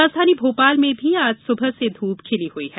राजधानी भोपाल में भी आज सुबह से धूप खिली हुई है